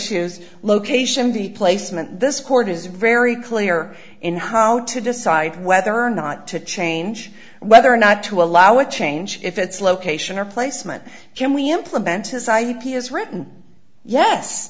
issues location b placement this court is very clear in how to decide whether or not to change whether or not to allow a change if it's location or placement can we implement his ip is written yes